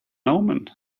omen